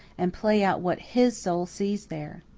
and play out what his soul sees there.